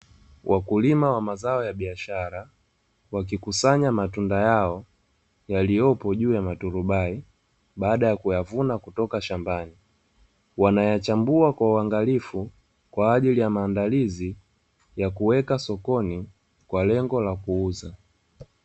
Wakulima wa mazao ya biashara wakikusanya matunda yao yaliyopo juu ya maturubai baada ya kuyavuna kutoka shambani wanayachambuwa kwa uangalifu kwa ajili ya maandalizi ya kuweka sokoni kwa lengo la kuuza.